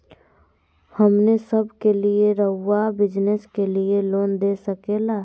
हमने सब के लिए रहुआ बिजनेस के लिए लोन दे सके ला?